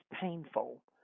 painful